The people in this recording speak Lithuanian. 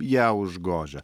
ją užgožia